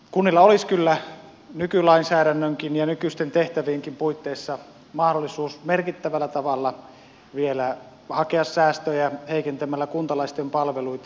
kunnilla olisi kyllä nykylainsäädännönkin ja nykyistenkin tehtävien puitteissa mahdollisuus merkittävällä tavalla vielä hakea säästöjä heikentämällä kuntalaisten palveluita